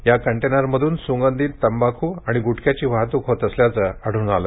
या कंटेनरमधून सुगंधित तंबाखू आणि गुटख्याची वाहतूक होत असल्याचे आढळून आले